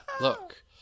Look